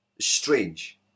Strange